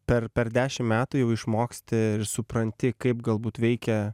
per per dešim metų jau išmoksti ir supranti kaip galbūt veikia